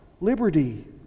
liberty